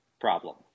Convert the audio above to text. problem